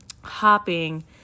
hopping